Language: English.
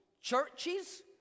churches